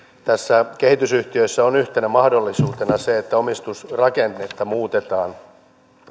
tässä kehitysyhtiössä on yhtenä mahdollisuutena se että omistusrakennetta muutetaan